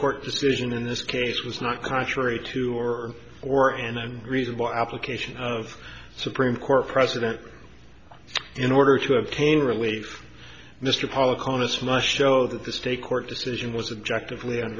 court decision in this case was not contrary to or or and reasonable application of supreme court president in order to obtain relief mr pollack on this must show that the state court decision was objective l